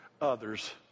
others